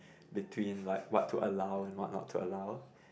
between like what to allow and what not to allow